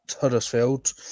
Huddersfield